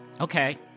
Okay